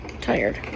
tired